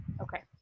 Okay